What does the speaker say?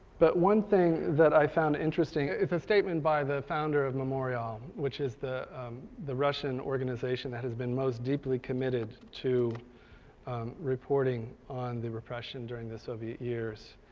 but one thing that i found interesting. it's a statement by the founder of memorial, which is the the russian organization that has been most deeply committed to reporting on the repression during the soviet years.